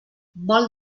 vol